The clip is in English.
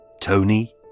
Tony